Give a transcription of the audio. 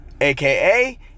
AKA